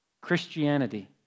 Christianity